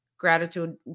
Gratitude